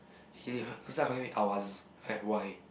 he ownself call him Awaz like why